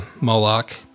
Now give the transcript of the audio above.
Moloch